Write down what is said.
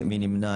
מי נמנע?